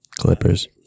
Clippers